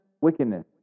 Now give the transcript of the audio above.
wickedness